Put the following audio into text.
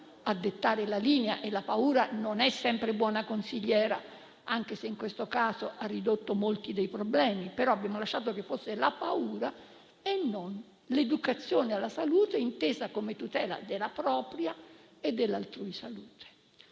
a dettare la linea. Ricordo che la paura non è sempre buona consigliera, anche se in questo caso ha ridotto molti dei problemi. Comunque, abbiamo lasciato che fosse la paura e non l'educazione alla salute, intesa come tutela della propria e dell'altrui salute,